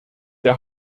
der